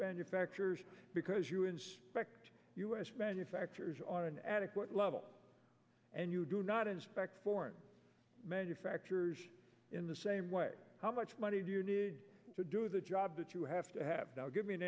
benefactors because you and us manufacturers on an adequate level and you do not inspect foreign manufacturers in the same way how much money do you need to do the job that you have to have give me an